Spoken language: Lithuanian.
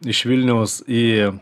iš vilniaus į